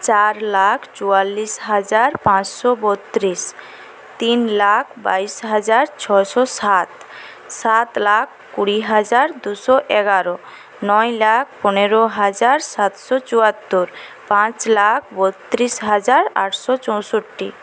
চার লাখ চুয়াল্লিশ হাজার পাঁচশো বত্ৰিশ তিন লাখ বাইশ হাজার ছয়শো সাত সাত লাখ কুড়ি হাজার দুশো এগারো নয় লাখ পনেরো হাজার সাতশো চুয়াত্তর পাঁচ লাখ বত্ৰিশ হাজার আটশো চৌষট্টি